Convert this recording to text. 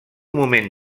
moment